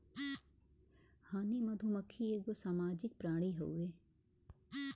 हनी मधुमक्खी एगो सामाजिक प्राणी हउवे